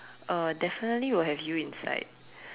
uh definitely will have you inside